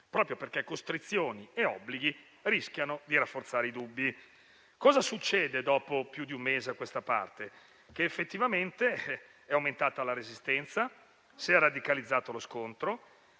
proprio perché costrizioni e obblighi rischiano di rafforzare i dubbi». Dopo più di un mese da quel momento, effettivamente è aumentata la resistenza e si è radicalizzato lo scontro,